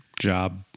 job